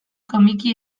komiki